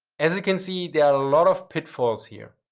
as you can see there are lot of pitfalls here.